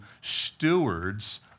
stewards